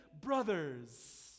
brothers